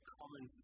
common